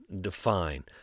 define